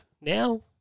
now